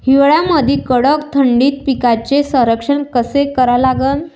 हिवाळ्यामंदी कडक थंडीत पिकाचे संरक्षण कसे करा लागन?